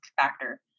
factor